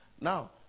Now